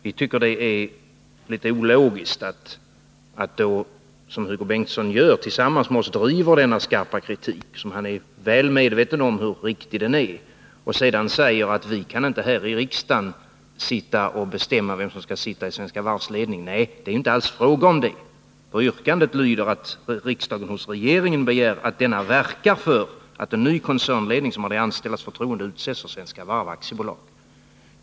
Vi tycker det är litet ologiskt att Hugo Bengtsson, samtidigt som han tillsammans med oss driver denna skarpa kritik — och han är väl medveten om hur riktig den är — säger att vi inte här i riksdagen kan sitta och bestämma vem som skall sitta i Svenska Varvs ledning. Nej, det är inte alls fråga om det. Yrkandet lyder, att riksdagen hos regeringen begär att denna verkar för att en ny koncernledning, som har de anställdas förtroende, utses för Svenska Varv AB.